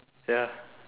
ya